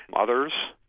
others,